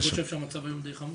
אני חושב שהמצב היום די חמור.